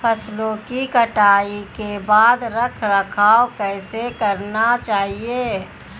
फसलों की कटाई के बाद रख रखाव कैसे करना चाहिये?